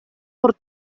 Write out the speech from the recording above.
por